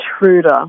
intruder